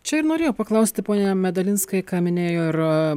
čia ir norėjau paklausti pone medalinskai ką minėjo ir